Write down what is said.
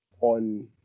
on